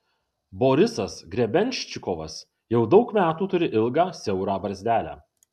borisas grebenščikovas jau daug metų turi ilgą siaurą barzdelę